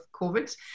COVID